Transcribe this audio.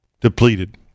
depleted